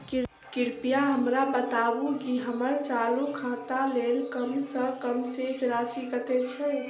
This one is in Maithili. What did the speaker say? कृपया हमरा बताबू की हम्मर चालू खाता लेल कम सँ कम शेष राशि कतेक छै?